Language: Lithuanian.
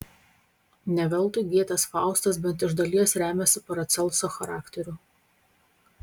ne veltui gėtės faustas bent iš dalies remiasi paracelso charakteriu